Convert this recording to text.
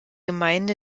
gemeinde